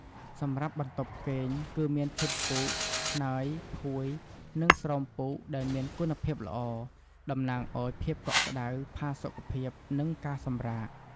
សម្រាប់បន្ទប់គេង គឺមានឈុតពូក ខ្នើយ ភួយ និងស្រោមពូកដែលមានគុណភាពល្អតំណាងឲ្យ ភាពកក់ក្តៅ ផាសុកភាព និង ការសម្រាក។